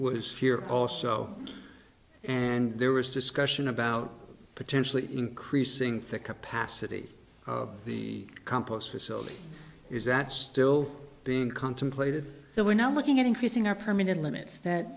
was here also and there was discussion about potentially increasing the capacity of the compost facility is that still being contemplated so we're now looking at increasing our permitted limits that